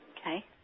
Okay